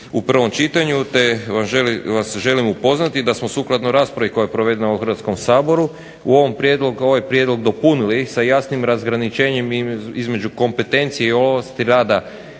u prvom čitanju te vas želim upoznati da smo sukladno raspravi koja je provedena u Hrvatskom saboru ovaj prijedlog dopunili sa jasnim razgraničenjem između kompetencije o ovlasti rada